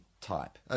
type